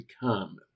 become